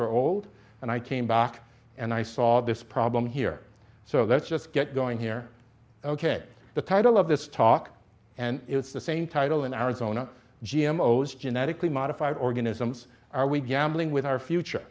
are old and i came back and i saw this problem here so let's just get going here ok the title of this talk and it's the same title in arizona g m o is genetically modified organisms are we gambling with our future